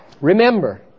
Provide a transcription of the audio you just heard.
Remember